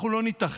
אנחנו לא נתאחד?